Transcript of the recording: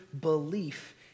belief